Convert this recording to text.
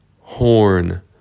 horn